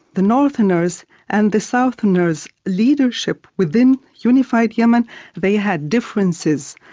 the northerners and the southerners leadership within unified yemen they had differences.